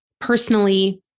personally